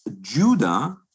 Judah